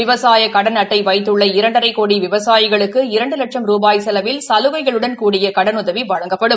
விவசாய கடன் அட்டை வைத்துள்ள இரண்டரை கோடி விவசாயிகளுக்கு இரண்டு வட்சம் ரூபாய் செலவில் சலுகைகளுடன் கூடிய கடனுதவி வழங்கப்படும்